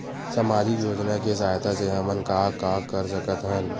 सामजिक योजना के सहायता से हमन का का कर सकत हन?